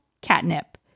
catnip